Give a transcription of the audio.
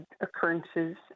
occurrences